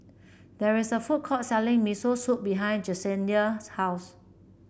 there is a food court selling Miso Soup behind Jessenia's house